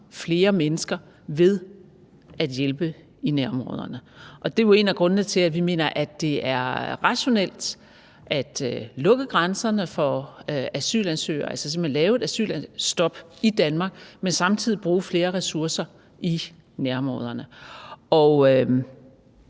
flere mennesker – at hjælpe i nærområderne. Og det er jo en af grundene til, at vi mener, at det er rationelt at lukke grænserne for asylansøgere, altså simpelt hen lave et asylstop i Danmark, men samtidig bruge flere ressourcer i nærområderne. Og